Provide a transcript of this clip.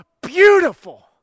beautiful